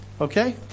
Okay